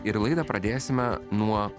ir laidą pradėsime nuo